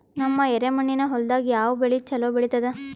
ನಮ್ಮ ಎರೆಮಣ್ಣಿನ ಹೊಲದಾಗ ಯಾವ ಬೆಳಿ ಚಲೋ ಬೆಳಿತದ?